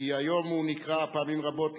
כי היום הוא נקרא פעמים רבות